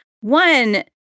one